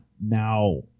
now